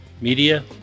media